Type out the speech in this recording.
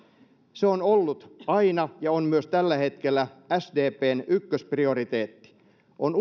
se on ollut aina ja on myös tällä hetkellä sdpn ykkösprioriteetti usein on